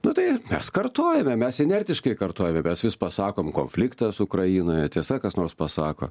na tai mes kartojame mes inertiškai kartojame mes vis pasakom konfliktas ukrainoje tiesa kas nors pasako